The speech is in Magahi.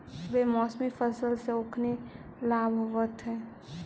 बेमौसमी फसल से ओखनी लाभ होइत हइ